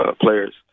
players